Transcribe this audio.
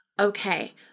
Okay